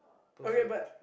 perfect date